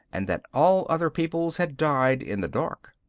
and that all other peoples had died in the dark.